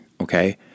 Okay